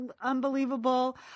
unbelievable